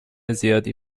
زیادی